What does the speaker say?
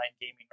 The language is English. gaming